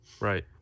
Right